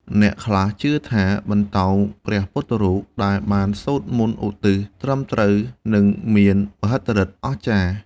អ្នកខ្លះជឿថា បន្តោងព្រះពុទ្ធរូបដែលបានសូត្រមន្តឧទ្ទិសត្រឹមត្រូវ នឹងមានមហិទ្ធិឫទ្ធិអស្ចារ្យ។